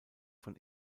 von